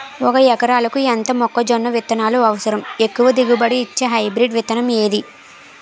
ఒక ఎకరాలకు ఎంత మొక్కజొన్న విత్తనాలు అవసరం? ఎక్కువ దిగుబడి ఇచ్చే హైబ్రిడ్ విత్తనం ఏది?